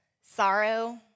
sorrow